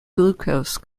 glucose